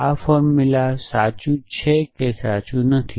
આ ફોર્મુલા શું સાચું છે કે સાચું નથી